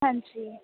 ਹਾਂਜੀ